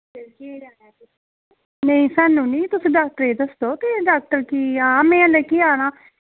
नेईं स्हानू निं तुस डॉक्टरै गी दस्सो कि डॉक्टर गी में की आना